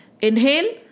Inhale